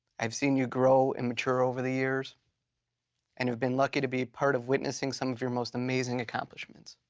i've seen you grow and mature over the years and have been lucky to be part of witnessing some of your most amazing accomplishments.